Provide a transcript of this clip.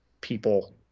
people